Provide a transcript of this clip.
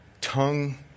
tongue